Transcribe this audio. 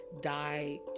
die